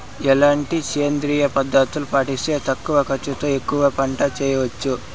ఎట్లాంటి సేంద్రియ పద్ధతులు పాటిస్తే తక్కువ ఖర్చు తో ఎక్కువగా పంట చేయొచ్చు?